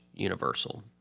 Universal